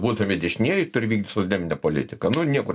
būdami dešinieji turi vykdyt socdeminę politiką nu niekur